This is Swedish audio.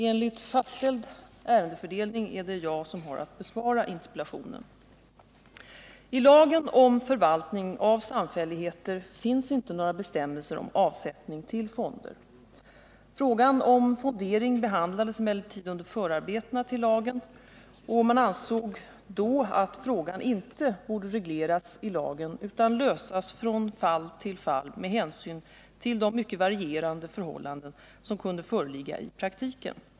Enligt fastställd ärendefördelning är det jag som har att besvara interpellationen. I lagen om förvaltning av samfälligheter finns inte några bestämmelser om avsättning till fonder. Frågan om fondering behandlades emellertid under förarbetena till lagen Man ansåg då att frågan inte borde regleras i lagen utan lösas från fall till fall med hänsyn till de mycket varierande förhållanden som kunde föreligga i praktiken.